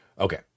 Okay